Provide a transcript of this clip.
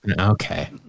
Okay